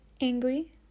angry